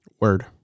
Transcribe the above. Word